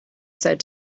said